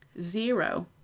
zero